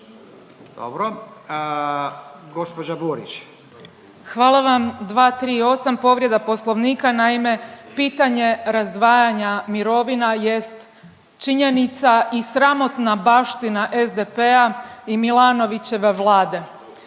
**Burić, Majda (HDZ)** Hvala vam. 238. povreda Poslovnika. Naime, pitanje razdvajanja mirovina jest činjenica i sramotna baština SDP-a i Milanovićeve Vlade